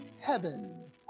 heaven